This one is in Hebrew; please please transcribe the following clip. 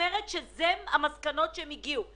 יכולה לשנות את החלטותיה.